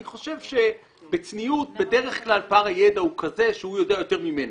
אני חושב שבצניעות בדרך כלל פער הידע הוא כזה שהוא יודע יותר ממנה.